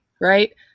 right